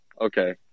okay